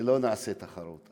לא נעשה תחרות.